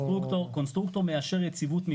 קונסטרוקטור מאשר יציבות מבנה.